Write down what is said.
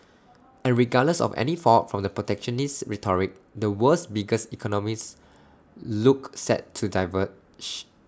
and regardless of any fallout from the protectionist rhetoric the world's biggest economies look set to diverge